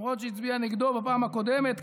למרות שהיא הצביעה נגדו בפעם הקודמת,